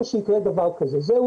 שלו.